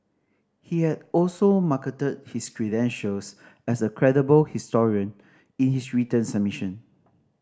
he had also marketed his credentials as a credible historian in his written submission